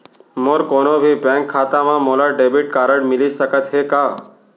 मोर कोनो भी बैंक खाता मा मोला डेबिट कारड मिलिस सकत हे का?